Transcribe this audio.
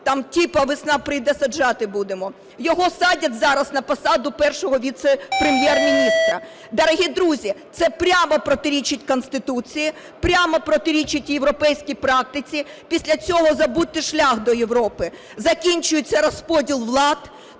там типу "весна прийде – саджати будемо", його садять зараз на посаду Першого віце-прем'єр-міністра. Дорогі друзі, це прямо протирічить Конституції, прямо протирічить європейській практиці. Після цього забудьте шлях до Європи. Закінчується розподіл влад,